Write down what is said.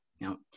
Now